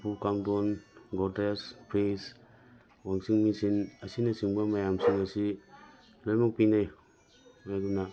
ꯎꯄꯨ ꯀꯥꯡꯗꯣꯟ Godrej fridge washing machine ꯑꯁꯤꯅꯆꯤꯡꯕ ꯃꯌꯥꯝꯁꯤꯡ ꯑꯁꯤ ꯂꯣꯏꯃꯛ ꯄꯤꯅꯩ ꯑꯗꯨꯅ